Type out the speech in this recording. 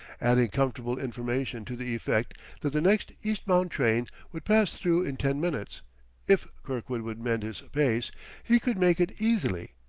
adding comfortable information to the effect that the next east-bound train would pass through in ten minutes if kirkwood would mend his pace he could make it easily,